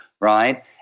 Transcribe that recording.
right